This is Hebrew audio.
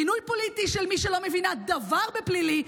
מינוי פוליטי של מי שלא מבינה דבר בפלילי,